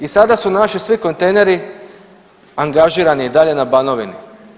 I sada su naši svi kontejneri angažirani i dalje na Banovini.